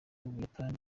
ubuyapani